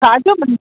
छा जो मं